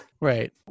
Right